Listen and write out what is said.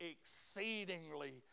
exceedingly